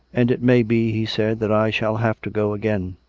and it may be, he said, that i shall have to go again.